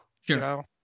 Sure